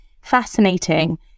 fascinating